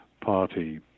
party